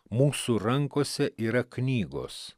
mūsų rankose yra knygos